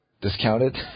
Discounted